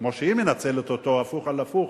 כמו שהיא מנצלת אותו הפוך על הפוך,